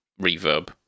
reverb